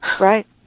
Right